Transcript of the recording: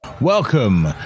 Welcome